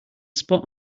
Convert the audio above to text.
spot